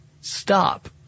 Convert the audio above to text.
Stop